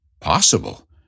possible